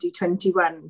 2021